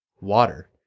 water